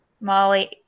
Molly